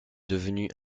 devenu